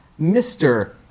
Mr